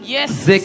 Yes